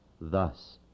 Thus